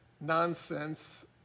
nonsense